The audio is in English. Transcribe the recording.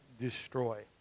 destroy